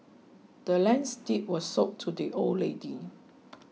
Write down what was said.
the land's deed was sold to the old lady